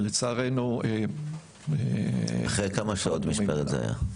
ולצערנו --- אחרי כמה שעות של משמרת זה היה?